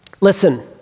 Listen